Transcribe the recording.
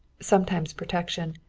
sometimes protection.